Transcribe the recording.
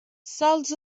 sols